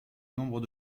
nombre